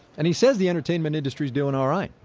and he says the entertainment industry's doing all right.